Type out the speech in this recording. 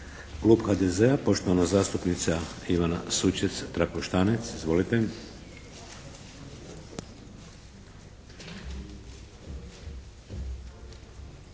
Klub HDZ-a poštovana zastupnica Ivana Sučec-Trakoštanec. Izvolite!